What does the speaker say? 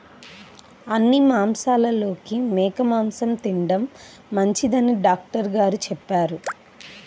అన్ని మాంసాలలోకి మేక మాసం తిండం మంచిదని డాక్టర్ గారు చెప్పారు